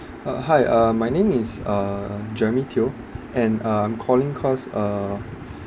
uh hi uh my name is uh jeremy teo and uh I'm calling cause uh